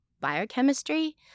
biochemistry